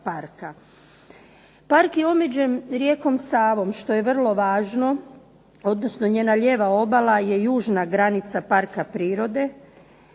Park je omeđen rijekom Savom što je vrlo važno, odnosno njena lijeva obala je južna granica parka prirode.